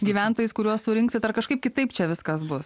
gyventojais kuriuos surinksit ar kažkaip kitaip čia viskas bus